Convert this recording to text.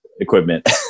equipment